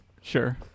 Sure